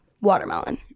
Watermelon